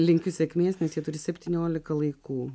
linkiu sėkmės nes ji turi septyniolika laikų